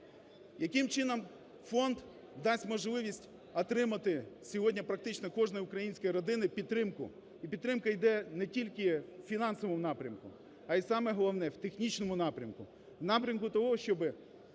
Яким чином фонд дасть можливість отримати сьогодні, практично, кожній українській родині підтримку? І підтримка йде не тільки у фінансовому напрямку, а й саме головне – у технічному напрямку, в напрямку того, щоби